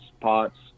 pots